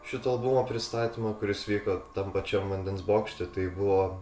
šito albumo pristatymo kuris vyko tam pačiam vandens bokšte tai buvo